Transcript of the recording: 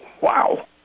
Wow